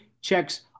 checks